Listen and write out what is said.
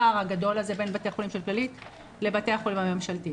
הפער הגדול הזה בין בתי החולים של כללית לבתי החולים הממשלתיים.